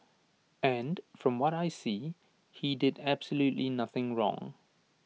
and from what I see he did absolutely nothing wrong